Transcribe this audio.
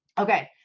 Okay